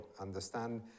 understand